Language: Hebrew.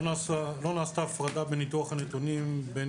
לא נעשתה הפרדה בניתוח הנתונים בין